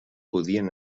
podien